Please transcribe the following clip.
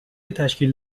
تشکیل